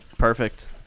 Perfect